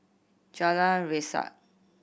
Jalan Resak